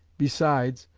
besides,